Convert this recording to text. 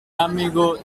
amigo